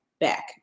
back